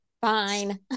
fine